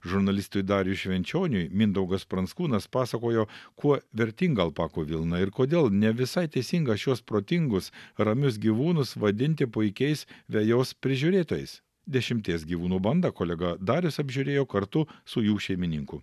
žurnalistui dariui švenčioniui mindaugas pranskūnas pasakojo kuo vertinga alpakų vilna ir kodėl ne visai teisinga šiuos protingus ramius gyvūnus vadinti puikiais vejos prižiūrėtojais dešimties gyvūnų bandą kolega darius apžiūrėjo kartu su jų šeimininku